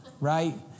right